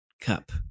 cup